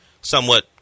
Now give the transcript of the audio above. somewhat